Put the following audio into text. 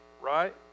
right